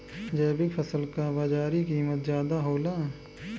जैविक फसल क बाजारी कीमत ज्यादा होला